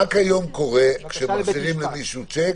מה קורה כיום כשמחזירים למישהו שיק